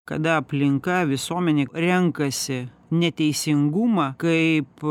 kada aplinka visuomenė renkasi neteisingumą kaip